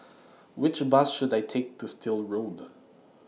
Which Bus should I Take to Still Road